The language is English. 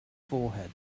forehead